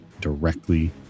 directly